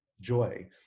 joy